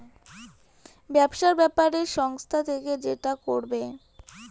ব্যবসার ব্যাপারে সংস্থা থেকে যেটা করবে